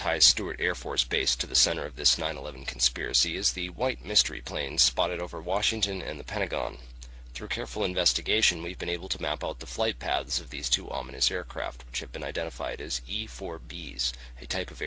tie stewart air force base to the center of this nine eleven conspiracy is the white mystery plane spotted over washington and the pentagon through careful investigation we've been able to map out the flight paths of these two all men his aircraft have been identified as for bees a type of